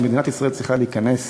שמדינת ישראל צריכה להיכנס